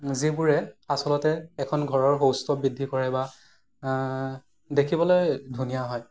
যিবোৰে আচলতে এখন ঘৰৰ সৌষ্ঠৱ বৃদ্ধি কৰে বা দেখিবলৈ ধুনীয়া হয়